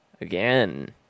again